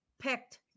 picked